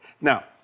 Now